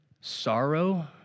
sorrow